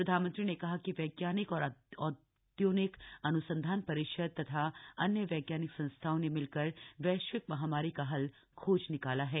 प्रधानमंत्री ने कहा कि वैज्ञानिक और औद्योगिक अन्संधान परिषद तथा अन्य वैज्ञानिक संस्थाओं ने मिलकर वैश्विक महामारी का हल खोज निकाला है